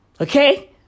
okay